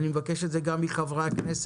אני מבקש את זה גם מחברי הכנסת.